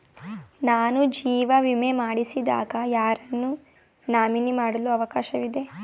ನಾನು ಜೀವ ವಿಮೆ ಮಾಡಿಸಿದಾಗ ಯಾರನ್ನು ನಾಮಿನಿ ಮಾಡಲು ಅವಕಾಶವಿದೆ?